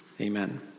Amen